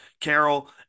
Carol